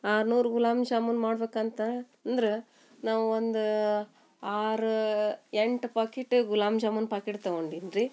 ಆರು ನೂರು ಗುಲಾಬ್ ಜಾಮೂನ್ ಮಾಡ್ಬೇಕು ಅಂತ ಅಂದ್ರೆ ನಾವು ಒಂದು ಆರು ಎಂಟು ಪಾಕಿಟ ಗುಲಾಬ್ ಜಾಮೂನ್ ಪಾಕಿಟ್ ತಗೊಂಡಿನಿ ರೀ